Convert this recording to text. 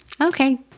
Okay